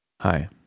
Hi